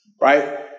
Right